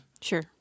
sure